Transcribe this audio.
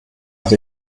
nach